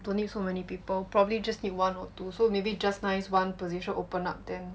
don't need so many people probably just need one or two so maybe just nice one position open up then